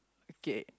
okay